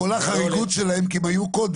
כל החריגות שלהם כי הם היו קודם,